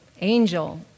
Angel